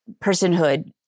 personhood